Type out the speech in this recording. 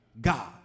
God